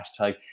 hashtag